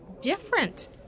different